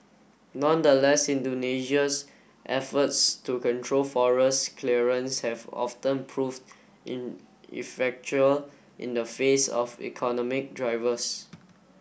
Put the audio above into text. nonetheless Indonesia's efforts to control forest clearance have often proved ineffectual in the face of economic drivers